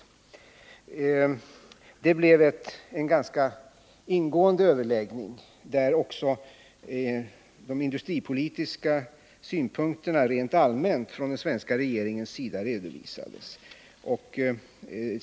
Det blev en ganska ingående överläggning, där också de industripolitiska synpunkterna rent allmänt från den svenska regeringens sida redovisades.